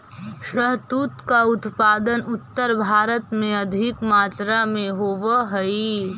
शहतूत का उत्पादन उत्तर भारत में अधिक मात्रा में होवअ हई